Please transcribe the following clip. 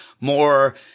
more